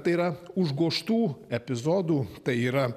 tai yra užgožtų epizodų tai yra